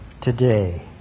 today